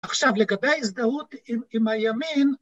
‫עכשיו, לגבי ההזדהות עם הימין...